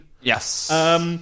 Yes